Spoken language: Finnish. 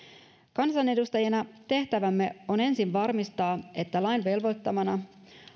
kansanedustajina tehtävämme on ensin varmistaa että lain velvoittamana